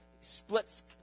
splits